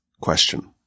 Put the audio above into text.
question